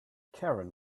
karen